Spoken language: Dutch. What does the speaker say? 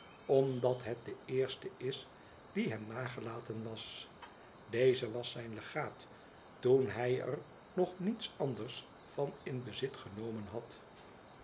omdat het de eerste is die hem nagelaten was deze was zijn legaat toen hij er nog niets anders van in bezit genomen had